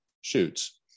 shoots